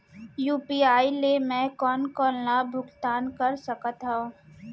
UPI ले मैं कोन कोन ला भुगतान कर सकत हओं?